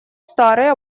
старый